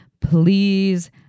Please